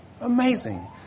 Amazing